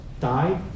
died